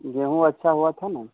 गेहूँ अच्छा हुआ था ना